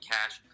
Cash